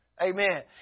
Amen